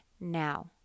now